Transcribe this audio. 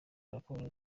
raporo